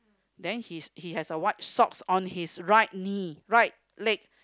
then his he has a white socks on his right knee right leg